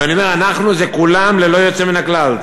ואני אומר, אנחנו זה כולם, ללא יוצא מן הכלל.